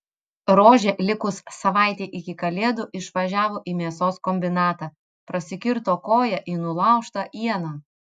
rožė likus savaitei iki kalėdų išvažiavo į mėsos kombinatą prasikirto koją į nulaužtą ieną